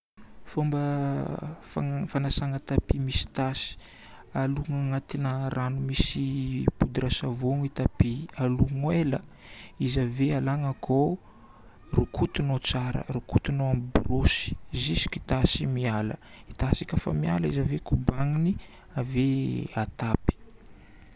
Fomba fagna- fagnasana tapis misy tasy: alona ao agnatina rano misy poudre savon ny tapis. Alomo ela. Izy ave alagna akao, rokotinao tsara, rokotinao amin'ny borosy jusque tasy igny miala. Tasy koafa miala izy ave kobanigna, ave atapy.